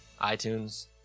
itunes